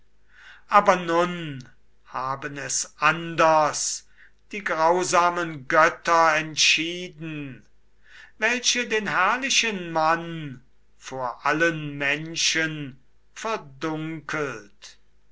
aber nun haben es anders die grausamen götter entschieden welche den herrlichen mann vor allen menschen verdunkelt